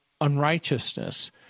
unrighteousness